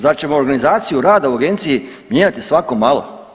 Zar ćemo organizaciju rada u agenciji mijenjati svako malo?